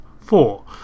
four